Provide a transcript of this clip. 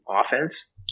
offense